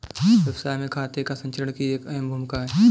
व्यवसाय में खाते का संचीकरण की एक अहम भूमिका है